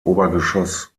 obergeschoss